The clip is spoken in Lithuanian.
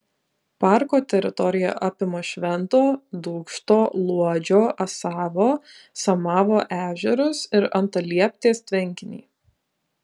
parko teritorija apima švento dūkšto luodžio asavo samavo ežerus ir antalieptės tvenkinį